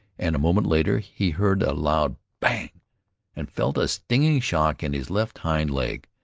and a moment later he heard a loud bang and felt a stinging shock in his left hind leg,